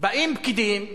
באים פקידים,